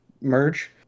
merge